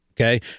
okay